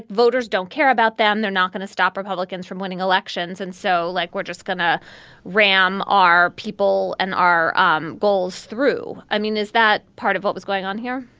voters don't care about them. they're not going to stop republicans from winning elections. and so, like, we're just going to ram our people and our um goals through. i mean, is that part of what was going on here?